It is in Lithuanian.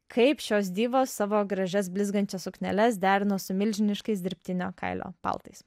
kaip šios divos savo gražias blizgančias sukneles derino su milžiniškais dirbtinio kailio paltais